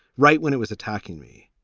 right. when it was attacking me.